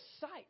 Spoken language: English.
sight